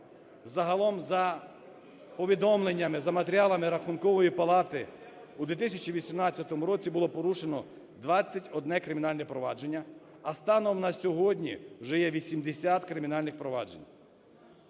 Загалом за повідомленнями, за матеріалами Рахункової палати у 2018 році було порушено 21 кримінальне провадження, а станом на сьогодні вже є 80 кримінальних проваджень.